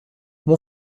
mon